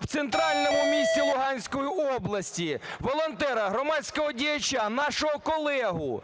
в центральному місті Луганської області. Волонтера, громадського діяча, нашого колегу.